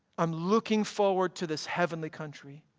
i'm looking forward to this heavenly country.